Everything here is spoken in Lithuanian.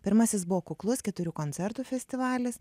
pirmasis buvo kuklus keturių koncertų festivalis